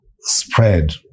spread